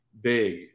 big